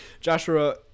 Joshua